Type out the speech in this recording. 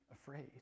afraid